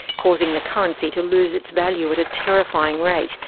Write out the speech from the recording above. causing the currency to lose its value at a terrifying rate.